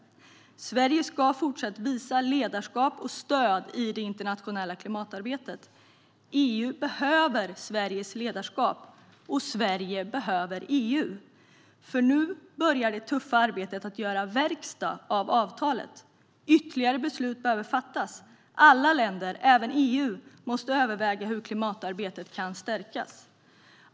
Sverige ska fortsatt visa ledarskap och stöd i det internationella klimatarbetet. EU behöver Sveriges ledarskap, och Sverige behöver EU, för nu börjar det tuffa arbetet att göra verkstad av avtalet. Ytterligare beslut behöver fattas. Alla länder och även EU måste överväga hur klimatarbetet kan stärkas.